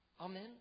Amen